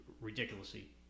ridiculously